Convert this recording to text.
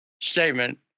statement